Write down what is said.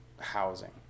housing